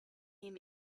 him